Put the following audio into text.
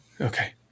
okay